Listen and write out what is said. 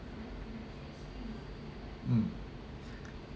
mm